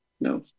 no